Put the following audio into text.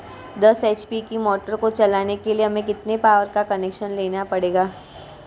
दस एच.पी की मोटर को चलाने के लिए हमें कितने पावर का कनेक्शन लेना पड़ेगा?